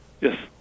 yes